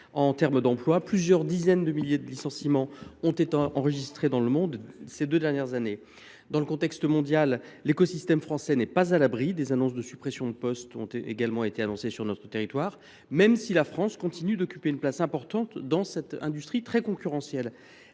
en matière d’emplois. Plusieurs dizaines de milliers de licenciements ont été enregistrés dans le monde ces deux dernières années. Dans ce contexte mondial, l’écosystème français n’est pas à l’abri. Des suppressions de postes ont également été annoncées sur notre territoire, même si la France continue d’occuper une place importante dans cette industrie très concurrentielle.